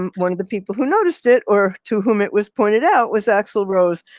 um one of the people who noticed it or to whom it was pointed out was axl rose,